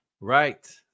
right